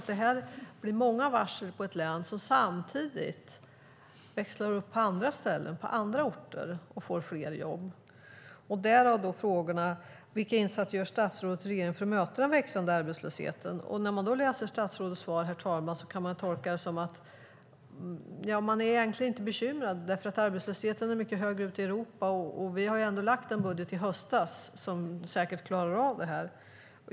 Det är många varsel i ett län som samtidigt växlar upp på andra ställen, på andra orter och får fler jobb. Därav kommer frågan: "Vilka insatser gör statsrådet och regeringen för att möta den växande arbetslösheten i Sverige?" När man, herr talman, läser statsrådets svar kan man tolka det som att regeringen egentligen inte är bekymrad, eftersom arbetslösheten är mycket högre ute i Europa och det ändå har lagts fram en budget i höstas som säkert klarar av detta.